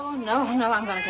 oh no no i'm going to